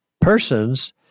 persons